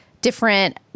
different